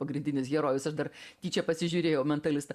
pagrindinis herojus aš dar tyčia pasižiūrėjau mentalistą